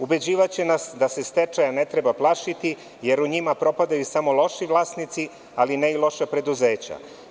Ubeđivaće nas da se stečaja ne treba plašiti, jer u njima propadaju samo loši vlasnici, ali ne i loša preduzeća.